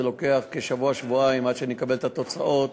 זה לוקח שבוע-שבועיים עד שנקבל את התוצאות